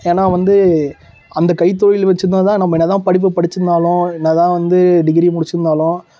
ஏன்னால் வந்து அந்த கைத்தொழில் வச்சிருந்தா தான் நம்ம என்ன தான் படிப்பு படித்திருந்தாலும் என்ன தான் வந்து டிகிரி முடித்திருந்தாலும்